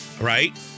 right